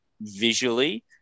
visually